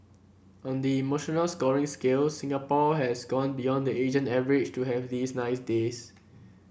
on the emotional scoring scale Singapore has gone beyond the Asian average to have these nice days